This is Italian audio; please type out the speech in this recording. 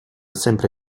sempre